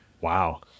Wow